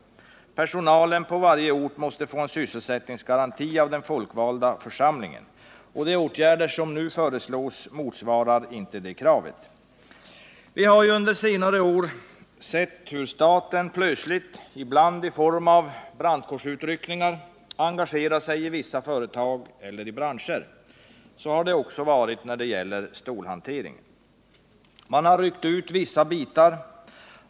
Personalen på varje ort måste få en sysselsättningsgaranti av den folkvalda församlingen. De åtgärder som nu föreslås motsvarar inte detta krav. Vi har under senare år sett hur staten plötsligt — ibland i form av brandkårsutryckningar — engagerat sig i vissa företag eller branscher. Så har det också varit när det gäller stålhanteringen. Man har ryckt ut vissa bitar.